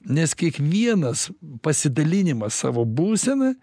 nes kiekvienas pasidalinimas savo būsena